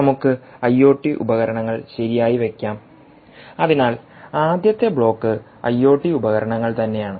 നമുക്ക് ഐഒടി ഉപകരണങ്ങൾ ശരിയായി വെക്കാം അതിനാൽ ആദ്യത്തെ ബ്ലോക്ക് ഐഒടി ഉപകരണങ്ങൾ തന്നെയാണ്